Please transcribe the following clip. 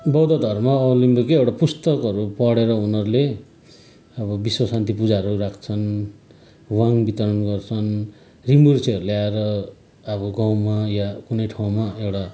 बौद्ध धर्मावलम्बीको एउटा पुस्तकहरू पढेर उनीहरूले अब विश्व शान्ति पूजाहरू राख्छन् वाङ वितरण गर्छन् रिम्फुचेहरूले आएर अब गाउँमा या कुनै ठाउँमा एउटा